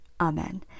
Amen